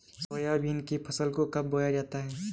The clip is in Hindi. सोयाबीन की फसल को कब बोया जाता है?